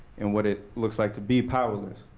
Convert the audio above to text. and what it looks like to be powerless,